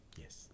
Yes